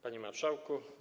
Panie Marszałku!